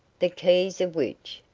the keys of which,